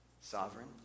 sovereign